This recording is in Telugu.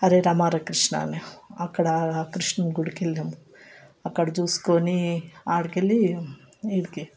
హరే రామ హరే కృష్ణ అని అక్కడ ఆ కృష్ణుడి గుడికి వెళ్ళినాం అక్కడ చూసుకొని ఆడికి వెళ్ళి ఈడికి